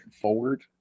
forward